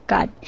God